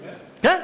כן?